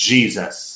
Jesus